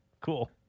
cool